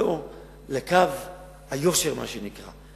לחזור לקו היושר, מה שנקרא.